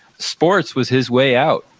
sports was his way out,